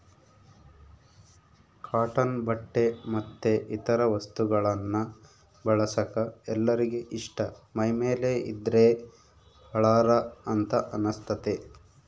cotton ಬಟ್ಟೆ ಮತ್ತೆ ಇತರ ವಸ್ತುಗಳನ್ನ ಬಳಸಕ ಎಲ್ಲರಿಗೆ ಇಷ್ಟ ಮೈಮೇಲೆ ಇದ್ದ್ರೆ ಹಳಾರ ಅಂತ ಅನಸ್ತತೆ